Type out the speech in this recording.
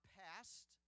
past